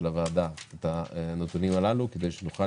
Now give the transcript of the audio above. לוועדה את הנתונים הללו, כדי שנוכל